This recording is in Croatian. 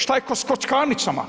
Šta je s kockarnicama?